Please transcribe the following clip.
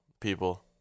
people